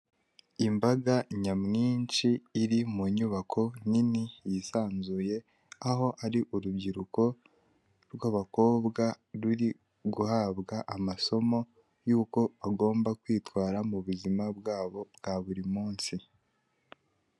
Imbaga nyamwinshi iri mu nyubako nini yisanzuye aho ari urubyiruko rw'abakobwa ruri guhabwa amasomo yuko bagomba kwitwara mu buzima bwabo bwa buri munsi.